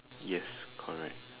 yes correct